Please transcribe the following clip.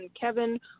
Kevin